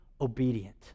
obedient